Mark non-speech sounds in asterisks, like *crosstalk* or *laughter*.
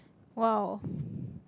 !wow! *breath*